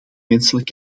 menselijk